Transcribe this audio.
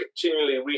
continually